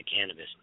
cannabis